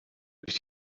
durch